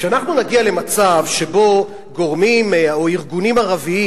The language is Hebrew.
כשאנחנו נגיע למצב שבו גורמים או ארגונים ערביים,